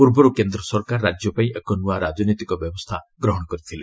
ପୂର୍ବରୁ କେନ୍ଦ୍ର ସରକାର ରାଜ୍ୟ ପାଇଁ ଏକ ନୂଆ ରାଜନୈତିକ ବ୍ୟବସ୍ଥା ଗ୍ରହଣ କରିଥିଲେ